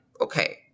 okay